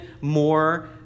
more